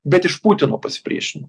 bet iš putino pasipriešinimo